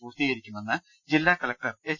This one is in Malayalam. പൂർത്തികരിക്കുമെന്ന് ജില്ലാ കളക്ടർ എച്ച്